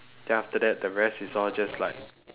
then after that the rest is all just like